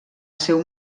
seu